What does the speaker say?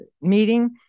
meeting